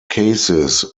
cases